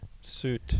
suit